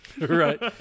Right